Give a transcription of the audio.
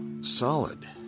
solid